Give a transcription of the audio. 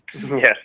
Yes